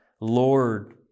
Lord